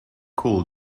call